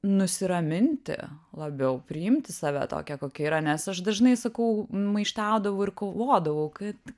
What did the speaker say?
nusiraminti labiau priimti save tokią kokia yra nes aš dažnai sakau maištaudavau ir kovodavau kad